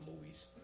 movies